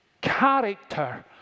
character